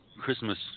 Christmas